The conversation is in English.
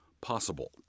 possible